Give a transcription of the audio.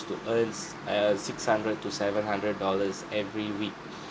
to earn s~ uh six hundred to seven hundred dollars every week